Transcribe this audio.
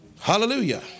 Hallelujah